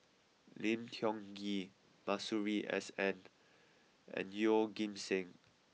Lim Tiong Ghee Masuri S N and Yeoh Ghim Seng